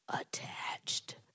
attached